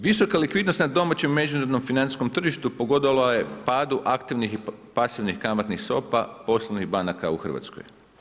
Visoka likvidnost na domaćem međunarodnom financijskom tržištu pogodovalo je padu aktivnih i pasivnih kamatnih stopa poslovnih banaka u Hrvatskoj.